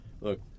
look